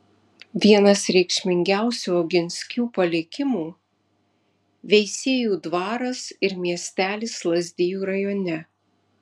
vienas reikšmingiausių oginskių palikimų veisiejų dvaras ir miestelis lazdijų rajone